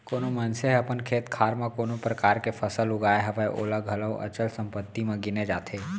कोनो मनसे ह अपन खेत खार म कोनो परकार के फसल उगाय हवय ओला घलौ अचल संपत्ति म गिने जाथे